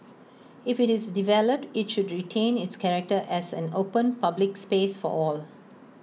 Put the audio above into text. if IT is developed IT should retain its character as an open public space for all